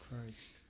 Christ